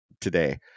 today